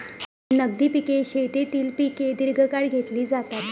नगदी पिके शेतीतील पिके दीर्घकाळ घेतली जातात